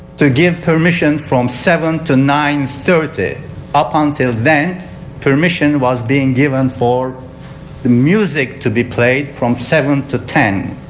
to give permission from seven to nine thirty up until then permission was being given for the music to be played from seven zero to ten